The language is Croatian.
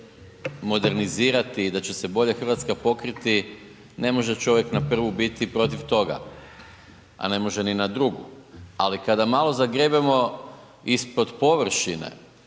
modernizirati i da će se bolje Hrvatska pokriti ne može čovjek na prvu biti protiv toga, a ne može ni na drugu. Ali kada malo zagrebemo ispod površine